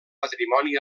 patrimoni